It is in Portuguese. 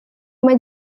uma